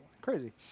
Crazy